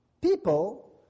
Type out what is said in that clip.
people